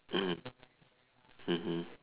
mmhmm mmhmm